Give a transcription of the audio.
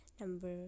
Number